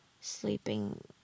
sleeping